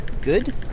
good